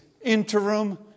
interim